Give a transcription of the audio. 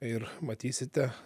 ir matysite